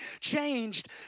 changed